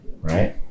right